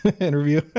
interview